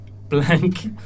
blank